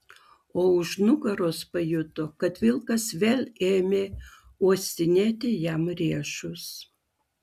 o už nugaros pajuto kad vilkas vėl ėmė uostinėti jam riešus